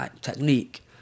technique